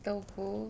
tofu